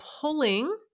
pulling